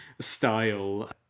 style